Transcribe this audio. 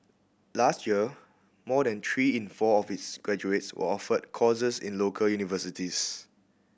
last year more than three in four of its graduates were offered courses in local universities